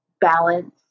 balance